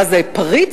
מה זה, פריץ?